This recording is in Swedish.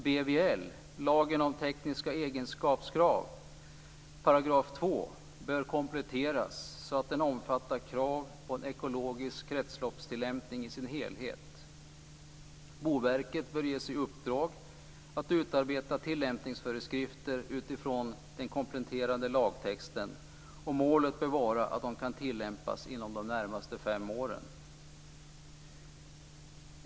BVL, lagen om tekniska egenskapskrav, 2 § bör kompletteras så att den omfattar krav på en ekologisk kretsloppstillämpning i sin helhet. Boverket bör ges i uppdrag att utarbeta tillämpningsföreskrifter utifrån den kompletterade lagtexten. Målet bör vara att de kan tillämpas inom de närmaste fem åren.